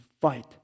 fight